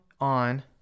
on